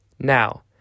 Now